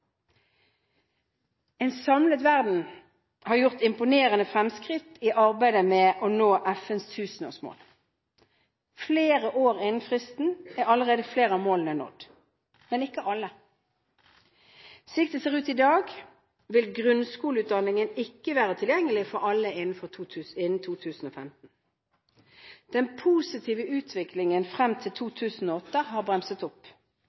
En samlet verden har gjort imponerende fremskritt i arbeidet med å nå FNs tusenårsmål. Flere år innen fristen er allerede flere av målene nådd, men ikke alle. Slik det ser ut i dag, vil grunnskoleutdanning ikke være tilgjengelig for alle innen 2015. Den positive utviklingen frem til 2008 har bremset opp.